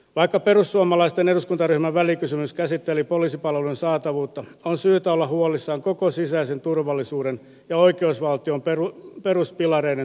vaikka perussuomalaisten eduskuntaryhmän välikysymys käsitteli poliisipalveluiden saatavuutta on syytä olla huolissaan koko sisäisen turvallisuuden ja oikeusvaltion peruspilareiden toimivuudesta